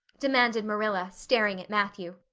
demanded marilla, staring at matthew.